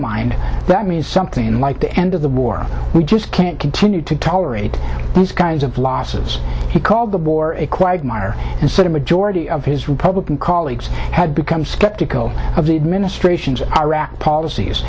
mind that means something like the end of the war we just can't continue to tolerate these kinds of losses he called the war a quagmire and sort of majority of his republican colleagues have become skeptical of the administration's iraq policies